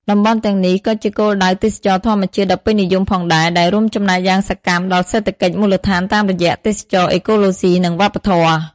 តំបន់ទាំងនេះក៏ជាគោលដៅទេសចរណ៍ធម្មជាតិដ៏ពេញនិយមផងដែរ ដែលរួមចំណែកយ៉ាងសកម្មដល់សេដ្ឋកិច្ចមូលដ្ឋានតាមរយៈទេសចរណ៍អេកូឡូស៊ី និងវប្បធម៌។